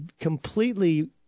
completely